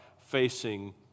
facing